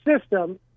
system